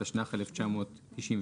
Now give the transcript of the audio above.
התשנ"ח-1998,